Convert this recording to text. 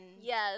yes